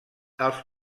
als